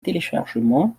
téléchargement